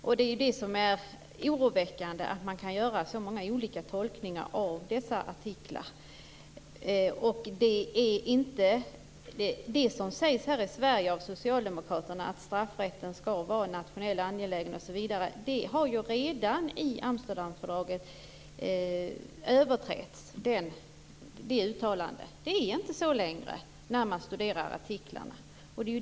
Just att det är möjligt att göra så olika tolkningar av dessa artiklar är oroväckande. Det som sägs här i Sverige av Socialdemokraterna, nämligen att straffrätten skall vara en nationell angelägenhet osv., har ju redan överträtts i Amsterdamfördraget. När man studerar artiklarna ser man att det inte är så längre.